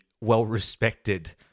well-respected